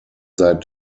seit